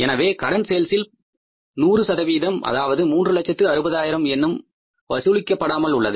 எனவே கடன் சேல்ஸின் 100 அதாவது 3 லட்சத்து 60 ஆயிரம் என்னும் தொகை வசூலிக்க படாமல் உள்ளது